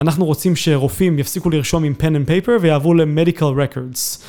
אנחנו רוצים שרופאים יפסיקו לרשום עם פן אנד פייפר ויעבור למדיקל records